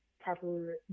proper